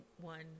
one